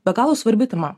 be galo svarbi tema